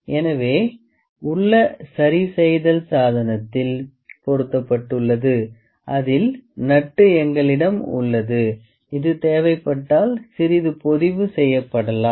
எனவே உள்ள சரி செய்தல் சாதனத்தில் பொருத்தப்பட்டுள்ளது அதில் நட்டு எங்களிடம் உள்ளது இது தேவைப்பட்டால் சிறிது பொதிவு செய்யப்படலாம்